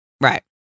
right